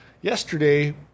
yesterday